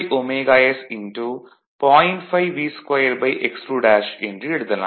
5 V2x2 என்று எழுதலாம்